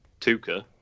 Tuca